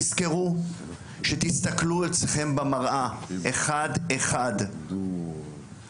תסתכלו על עצמכם במראה אחד אחד ותזכרו